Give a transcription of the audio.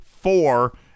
four